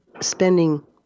spending